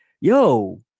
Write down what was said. yo